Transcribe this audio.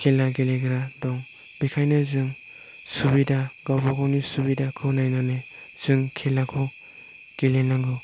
खेला गेलेग्रा दं बेनिखायनो जों गावबागावनि सुबिदाखौ नायनानै जों खेलाखौ गेलेनांगौ